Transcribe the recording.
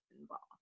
involved